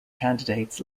candidates